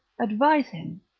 advise him.